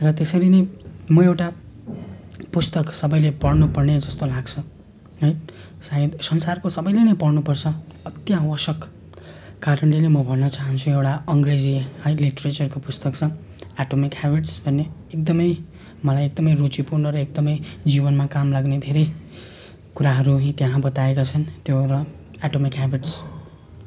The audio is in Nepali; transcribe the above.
र त्यसरी नै म एउटा पुस्तक सबैले पढ्नुपर्ने जस्तो लाग्छ है सायद संसारको सबैले नै पढ्नुपर्छ अति आवश्यक कारणले नै म भन्न चाहन्छु एउटा अङ्ग्रेजी है लिट्रेचरको पुस्तक छ एटोमिक हेबिट्स भन्ने एकदमै मलाई एकदमै रुचि पढ्नु र एकदमै जीवनमा काम लाग्ने धेरै कुराहरू त्यहाँ बताएका छन् त्यो र एटोमिक हेबिट्स